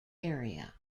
area